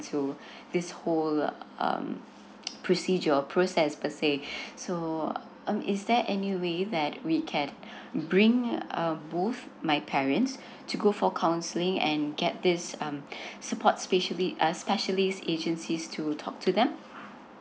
so this whole procedure or process per se so um is there any way that we can bring both my parents to go for counseling and get this um support speciali~ uh specialist agencies to talk to them